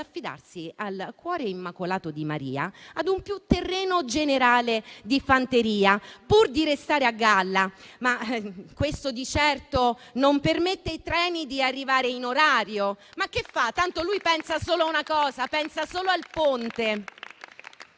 dall'affidarsi al cuore immacolato di Maria ad un più terreno generale di fanteria, pur di restare a galla, ma questo di certo non permette ai treni di arrivare in orario, ma che fa? Tanto lui pensa solo a una cosa: al Ponte